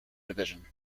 division